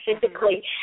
physically